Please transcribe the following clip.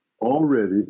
already